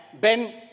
ben